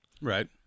Right